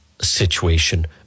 situation